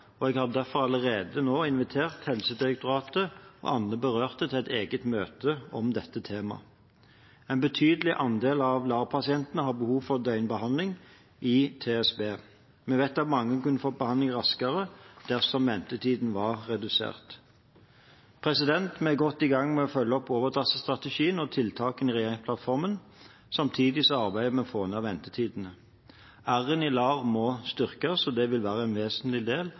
og jeg har derfor allerede invitert Helsedirektoratet og andre berørte til et eget møte om dette temaet. En betydelig andel av LAR-pasientene har behov for døgnbehandling i tverrfaglig spesialisert behandling, TSB. Vi vet at mange kunne fått behandling raskere dersom ventetidene ble redusert. Vi er godt i gang med å følge opp overdosestrategien og tiltakene i regjeringsplattformen. Samtidig arbeider vi med å få ned ventetidene. R-en i LAR må styrkes, og dette vil være en vesentlig del